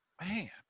man